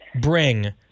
bring